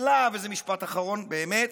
משפט אחרון באמת: